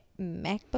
MacBook